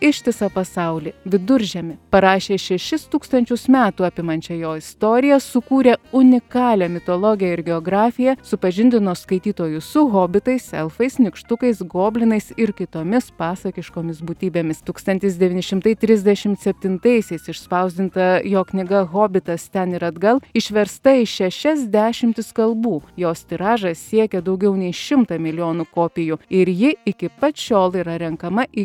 ištisą pasaulį viduržemį parašė šešis tūkstančius metų apimančią jo istoriją sukūrė unikalią mitologiją ir geografiją supažindino skaitytojus su hobitais elfais nykštukais goblinais ir kitomis pasakiškomis būtybėmis tūkstantis devyni šimtai trisdešim septintaisiais išspausdinta jo knyga hobitas ten ir atgal išversta į šešias dešimtis kalbų jos tiražas siekė daugiau nei šimtą milijonų kopijų ir ji iki pat šiol yra renkama į